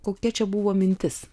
kokia čia buvo mintis